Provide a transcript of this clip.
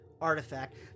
artifact